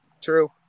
True